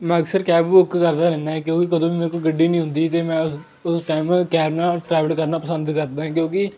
ਮੈਂ ਅਕਸਰ cab book ਕਰਦਾ ਰਹਿੰਦਾ ਹਾਂ ਕਿਉਂਕਿ ਕਦੋਂ ਵੀ ਮੇਰੇ ਕੋਲ ਗੱਡੀ ਨਹੀਂ ਹੁੰਦੀ ਤਾਂ ਮੈਂ ਉਸ ਉਸ ਟੈਮ ਕੈਬ ਨਾਲ ਟਰੈਵਲ ਕਰਨਾ ਪਸੰਦ ਕਰਦਾ ਹੈ ਕਿਉਂਕਿ